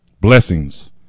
blessings